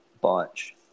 bunch